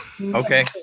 Okay